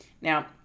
Now